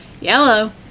Yellow